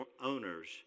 owners